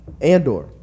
Andor